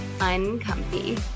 uncomfy